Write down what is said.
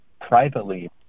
privately